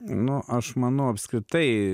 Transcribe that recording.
nu aš manau apskritai